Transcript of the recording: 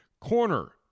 corner